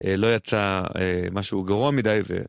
לא יצא משהו גרוע מדי ו...